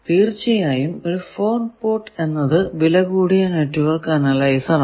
തീർച്ചയായും ഒരു 4 പോർട്ട് എന്നത് വിലകൂടിയ നെറ്റ്വർക്ക് അനലൈസർ ആണ്